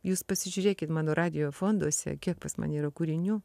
jūs pasižiūrėkit mano radijo fonduose kiek pas mane yra kūrinių